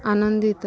ଆନନ୍ଦିତ